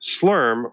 Slurm